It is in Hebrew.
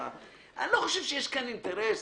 אני לא חושב שיש כאן אינטרס.